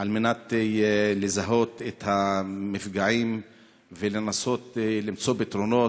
כדי לזהות את המפגעים ולנסות למצוא פתרונות.